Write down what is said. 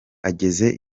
ageze